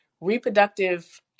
reproductive